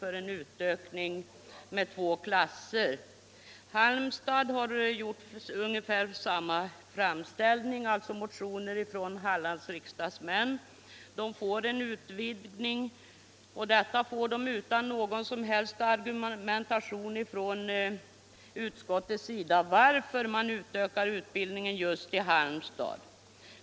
I en motion från Hallands riksdagsmän har gjorts motsvarande framställning beträffande Halmstad. Det förslaget tillstyrks utan någon som helst argumentation från utskottets sida om varför utbildningen utökas just i Halmstad.